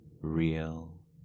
Real